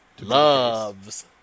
Loves